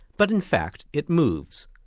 but in fact it moves.